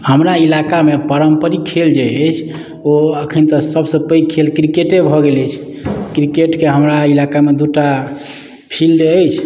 हमरा इलाकामे पारम्परिक खेल जे अछि ओ एखन तऽ सभसँ पैघ खेल क्रिकेटे भऽ गेल अछि क्रिकेटके हमरा इलाकामे दू टा फील्ड अछि